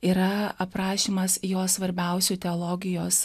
yra aprašymas jos svarbiausių teologijos